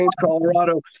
Colorado